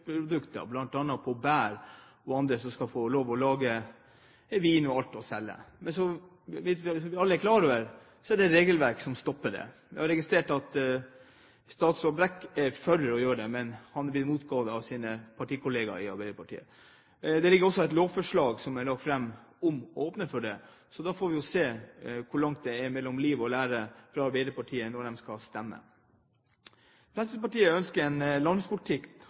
å lage vin for salg. Men som vi alle er klar over, er det regelverk som stopper det. Jeg har registrert at statsråd Brekk er for at man skal få gjøre det, men han blir motarbeidet av sine regjeringskollegaer fra Arbeiderpartiet. Det ligger også et lovforslag framme om å åpne for det. Så da får vi se hvor langt det er mellom liv og lære hos Arbeiderpartiet når de skal stemme. Fremskrittspartiet ønsker en